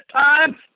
time